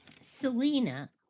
Selena